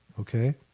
okay